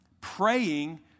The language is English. praying